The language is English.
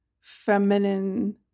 feminine